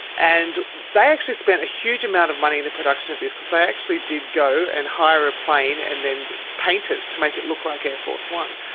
and they actually spent a huge amount of money in the production of this, because they actually did go and hire a plane and then paint it to make it look like air force one.